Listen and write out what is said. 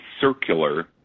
circular